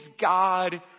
God